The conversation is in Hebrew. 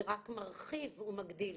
זה רק מרחיב ומגדיל.